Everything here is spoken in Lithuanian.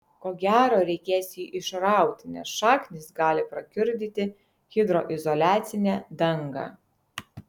ko gero reikės jį išrauti nes šaknys gali prakiurdyti hidroizoliacinę dangą